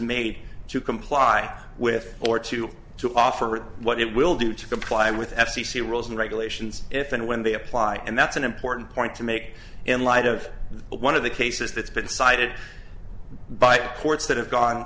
made to comply with or to to offer what it will do to comply with f c c rules and regulations if and when they apply and that's an important point to make in light of one of the cases that's been cited by courts that have gone